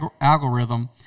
algorithm